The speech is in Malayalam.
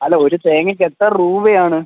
അല്ല ഒരു തേങ്ങയ്ക്ക് എത്ര രൂപ ആണ്